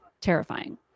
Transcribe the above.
terrifying